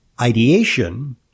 ideation